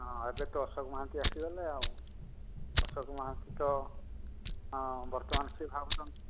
ହଁ ଏବେ ତ ଅଶୋକ ମହାନ୍ତି ଆସିଗଲେ ଆଉ ଅଶୋକ ମହାନ୍ତି ତ ବର୍ତ୍ତମାନ ହଁ ସେ ଭାବୁଛନ୍ତି